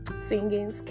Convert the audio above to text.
singing